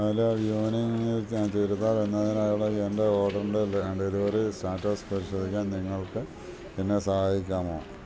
hello churidar എന്നതിനായുള്ള എൻ്റെ ഓഡറിൻ്റെ ഡെലിവറി സ്റ്റാറ്റസ് പരിശോധിക്കാൻ നിങ്ങൾക്ക് എന്നെ സഹായിക്കാമോ